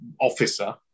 officer